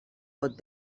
pot